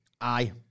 Aye